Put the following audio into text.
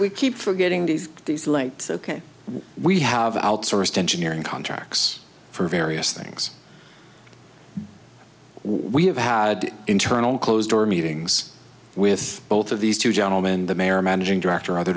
we keep forgetting these these lights ok we have outsourced engineering contacts for various things we have had internal closed door meetings with both of these two gentlemen the mayor managing director other